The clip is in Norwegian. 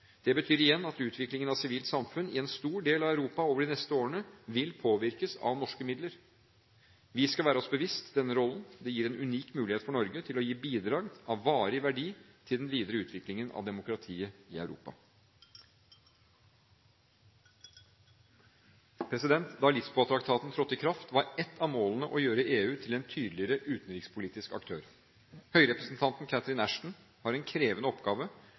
Det betyr igjen at utviklingen av sivilt samfunn i en stor del av Europa over de neste årene vil påvirkes av norske midler. Vi skal være oss bevisst denne rollen. Den gir en unik mulighet for Norge til å gi et bidrag av varig verdi til den videre utviklingen av demokratiet i Europa. Da Lisboa-traktaten trådte i kraft, var ett av målene å gjøre EU til en tydeligere utenrikspolitisk aktør. Høyrepresentanten Catherine Ashton har en krevende oppgave